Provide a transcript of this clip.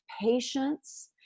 patience